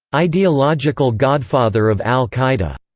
ideological godfather of al-qaeda,